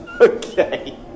Okay